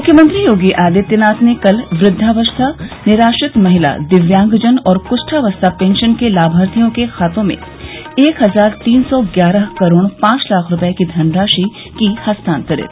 मुख्यमंत्री योगी आदित्यनाथ ने कल वृद्वावस्था निराश्रित महिला दिव्यांगजन और कृष्ठावस्था पेंशन के लाभार्थियों के खातों में एक हजार तीन सौ ग्यारह करोड़ पांच लाख रूपये की धनराशि की हस्तांतरित